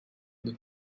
deux